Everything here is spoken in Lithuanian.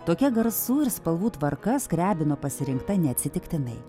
tokia garsų ir spalvų tvarka skriabino pasirinkta neatsitiktinai